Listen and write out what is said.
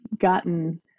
gotten